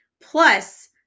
Plus